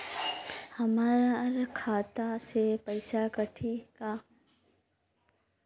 हमर खाता से पइसा कठी का?